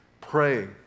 Pray